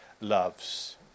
loves